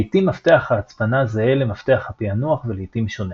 לעיתים מפתח ההצפנה זהה למפתח הפענוח ולעיתים שונה.